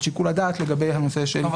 שיקול הדעת לגבי הנושא של --- לא,